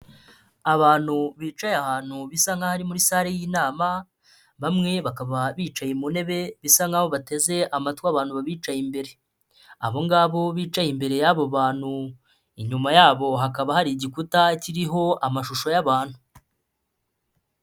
Abantu bicaye ahantu bisa nk'aho ari muri salle y'inama, bamwe bakaba bicaye mu ntebe bisa nk'aho bateze amatwi abantu babicaye imbere. Abo ngabo bicaye imbere y'abo bantu, inyuma yabo hakaba hari igikuta kiriho amashusho y'abantu.